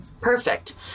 perfect